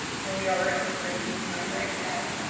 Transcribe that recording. and we are in a strange time right now,